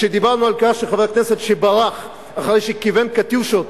כשדיברנו על חבר כנסת שברח אחרי שכיוון "קטיושות"